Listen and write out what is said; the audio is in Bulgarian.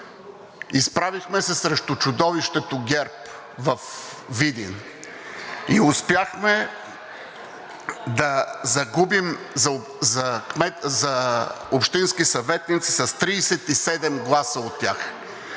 изправихме срещу чудовището ГЕРБ във Видин и успяхме да загубим за общински съветници с 37 гласа от тях.